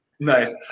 Nice